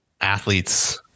athletes